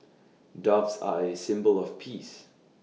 doves are A symbol of peace